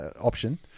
option